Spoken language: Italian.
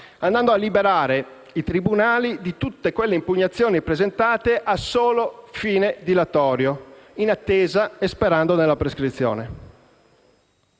andando a liberare i tribunali di tutti quelle impugnazioni presentate a solo fine dilatorio, in attesa e sperando nella prescrizione».